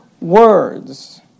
words